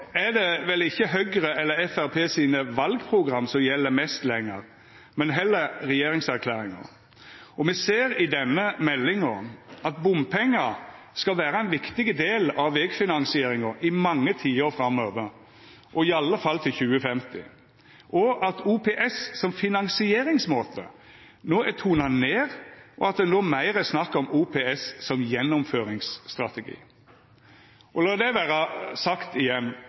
er det vel ikkje Høgre eller Framstegspartiet sine valprogram som gjeld mest lenger, men heller regjeringserklæringa, og me ser i denne meldinga at bompengar skal vera ein viktig del av vegfinansieringa i mange tiår framover, i alle fall til 2050, at OPS som finansieringsmåte er tona ned, og at det no meir er snakk om OPS som gjennomføringsstrategi. Og lat det vera sagt igjen: